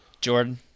Jordan